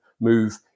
move